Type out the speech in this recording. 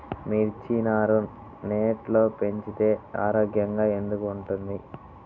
మిర్చి నారు నెట్లో పెంచితే ఆరోగ్యంగా ఎందుకు ఉంటుంది?